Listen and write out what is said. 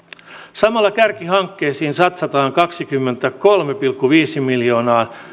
samalla kärkihankkeisiin satsataan kaksikymmentäkolme pilkku viisi miljoonaa